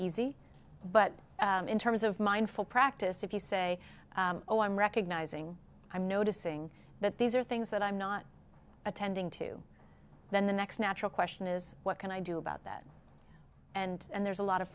easy but in terms of mindful practice if you say oh i'm recognising i'm noticing that these are things that i'm not attending to then the next natural question is what can i do about that and there's a lot of